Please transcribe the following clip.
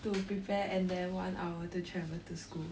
to prepare and then one hour to travel to school